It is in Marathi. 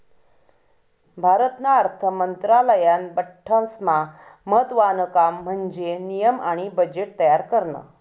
भारतना अर्थ मंत्रालयानं बठ्ठास्मा महत्त्वानं काम म्हन्जे नियम आणि बजेट तयार करनं